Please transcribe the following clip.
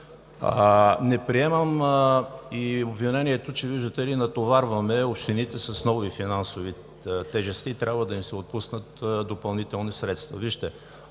Не приемам и обвинението, че, виждате ли, натоварваме общините с нови финансови тежести и трябва да им се отпуснат допълнителни средства.